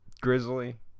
Grizzly